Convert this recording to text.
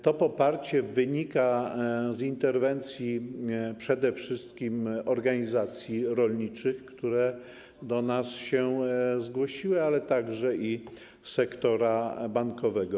To poparcie wynika z interwencji przede wszystkim organizacji rolniczych, które do nas się zgłosiły, ale także sektora bankowego.